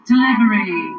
Delivery